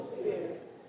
Spirit